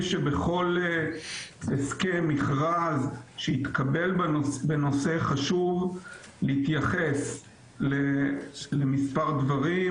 בכל הסכם או מכרז שיתקבל בנושא חשוב להתייחס למספר דברים: